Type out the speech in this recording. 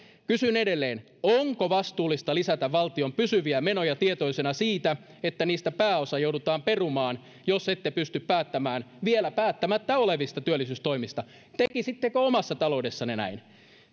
kysyn edelleen onko vastuullista lisätä valtion pysyviä menoja tietoisena siitä että niistä pääosa joudutaan perumaan jos ette pysty päättämään vielä päättämättä olevista työllisyystoimista tekisittekö omassa taloudessanne näin